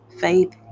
Faith